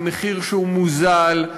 במחיר שהוא מוזל,